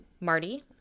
Marty